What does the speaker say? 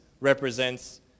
represents